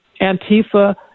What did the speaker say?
Antifa